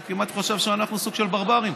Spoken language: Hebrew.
הוא כמעט חושב שאנחנו סוג של ברברים.